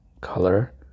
color